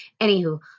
Anywho